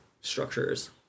structures